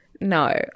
no